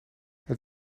het